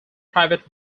private